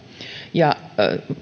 ja